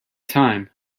time